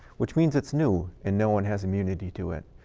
which means it's new, and no one has immunity to it.